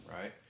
right